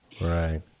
Right